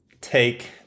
take